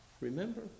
Remember